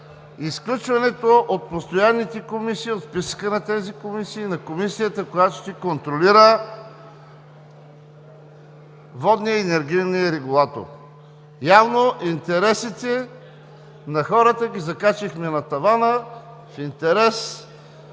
изключването от постоянните комисии, от списъка на тези комисии – на комисията, която ще контролира водния и енергийния регулатор. Явно интересите на хората ги закачихме на тавана в интерес